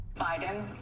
Biden